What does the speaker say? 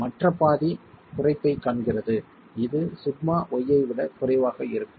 மற்ற பாதி குறைப்பைக் காண்கிறது இது σy ஐ விட குறைவாக இருக்கும்